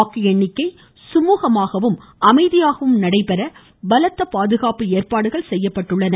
வாக்கு எண்ணிக்கை சுமூகமாகவும் அமைதியாகவும் நடைபெற பலத்த பாதுகாப்பு ஏற்பாடுகள் செய்யப்பட்டுள்ளன